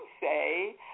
say